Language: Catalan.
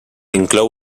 inclou